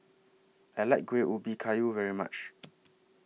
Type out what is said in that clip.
I like Kuih Ubi Kayu very much